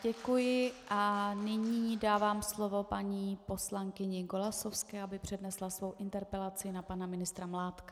Děkuji a nyní dávám slovo paní poslankyni Golasowské, aby přednesla svou interpelaci na pana ministra Mládka.